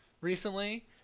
recently